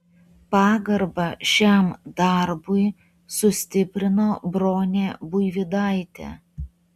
pagarbą šiam darbui sustiprino bronė buivydaitė